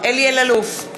אלי אלאלוף,